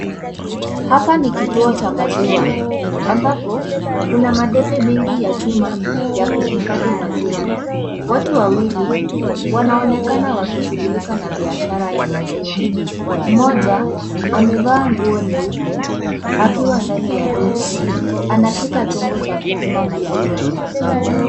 Hapa ni kituo cha maziwa. Ambapo, kuna madebe mengi ya chuma, ya kuhifadhi maziwa. Watu wawili, wanaonekana wakishughulika na biashara ya maziwa. Mmoja, amevaa nguo nyeupe, akiwa ndani ya duka. Anashika chombo cha kupima maziwa.